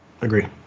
agree